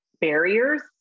barriers